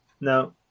No